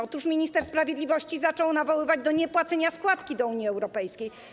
Otóż minister sprawiedliwości zaczął nawoływać do niepłacenia składek do Unii Europejskiej.